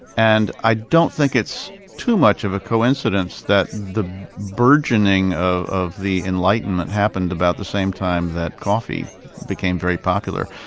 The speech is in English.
and i don't think it's too much of a coincidence that the burgeoning of of the enlightenment happened about the same time that coffee became very popular.